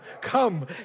come